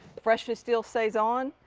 freshness steel stays on,